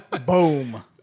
Boom